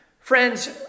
Friends